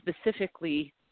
specifically